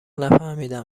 نفهمیدم